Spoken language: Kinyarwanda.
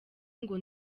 ngo